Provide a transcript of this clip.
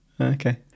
Okay